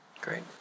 Great